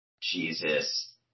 Jesus